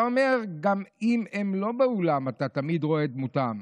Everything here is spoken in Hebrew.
שאלה: אתה אומר שגם אם הם לא באולם אתה תמיד רואה את דמותם?